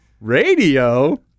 Radio